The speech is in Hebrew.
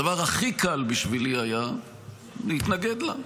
הדבר הכי קל בשבילי היה להתנגד לה.